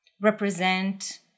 represent